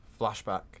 flashback